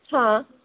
हां